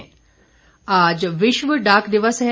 डाक दिवस आज विश्व डाक दिवस है